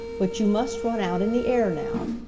but you must run out in the air now.